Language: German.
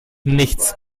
nichts